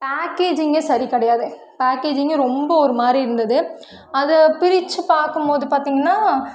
பேக்கேஜிங்கே சரி கிடையாது பேக்கேஜிங்கே ரொம்ப ஒரு மாதிரி இருந்தது அது பிரித்துப் பார்க்கும் போது பார்த்தீங்கன்னா